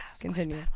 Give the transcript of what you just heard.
continue